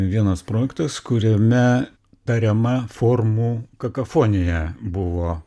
vienas projektas kuriame tariama formų kakafonija buvo